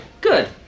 good